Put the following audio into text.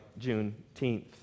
Juneteenth